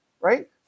right